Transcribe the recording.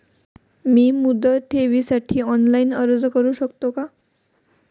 मी मुदत ठेवीसाठी ऑनलाइन अर्ज करू शकतो का?